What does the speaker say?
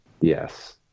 Yes